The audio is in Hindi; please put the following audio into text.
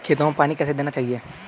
खेतों में पानी कैसे देना चाहिए?